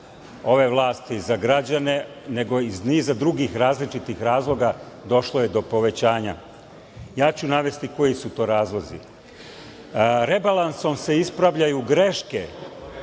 ove vlasti za građane, nego iz niza drugih različitih razloga došlo je do povećanja. Ja ću navesti koji su to razlozi. Rebalansom se ispravljaju greške